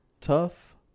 tough